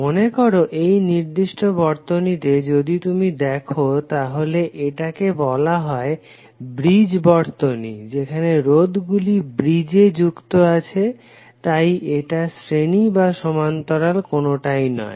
মনে করো এই নির্দিষ্ট বর্তনীতে যদি তুমি দেখো তাহলে এটাকে বলা হয় ব্রীজ বর্তনী যেখানে রোধ গুলি ব্রীজে যুক্ত আছে তাই এটা শ্রেণী বা সমান্তরাল কোনটাই নয়